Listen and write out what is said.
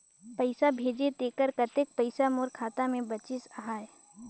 पइसा भेजे तेकर कतेक पइसा मोर खाता मे बाचिस आहाय?